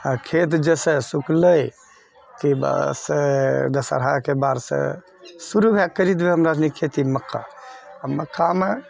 आओर खेत जइसे सुखलै कि बस दशहराके बादसँ तऽ शुरू करि देबै हमरासनी खेती मक्का आओर मक्कामे